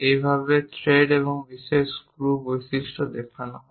এই ভাবে থ্রেড এবং বিশেষ স্ক্রু বৈশিষ্ট্য দেখানো হয়